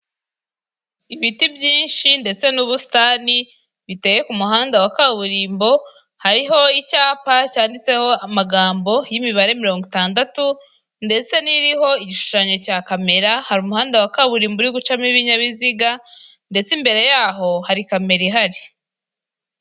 Ibiti byinshi ndetse n'ubusitani, biteye ku muhanda wa kaburimbo, hariho icyapa cyanditseho amagambo y'imibare mirongo itandatu, ndetse n'iriho igishushanyo cya kamera, hari umuhanda wa kaburimbo uri gucamo ibinyabiziga, ndetse imbere yaho hari kamera ihari.